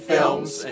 Films